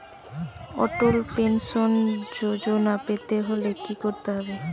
অটল pension Yojana পেতে হলে কি করতে হবে?